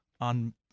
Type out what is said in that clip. on